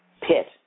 pit